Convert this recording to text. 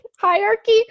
hierarchy